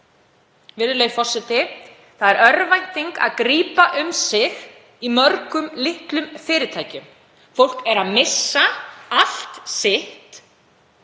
Virðulegi forseti. Það er örvænting að grípa um sig í mörgum litlum fyrirtækjum. Fólk er að missa allt sitt.